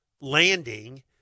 landing